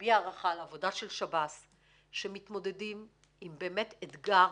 להביע הערכה לעבודה של שב"ס שמתמודדים עם באמת אתגר